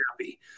happy